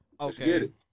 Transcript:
Okay